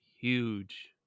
huge